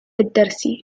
الدرس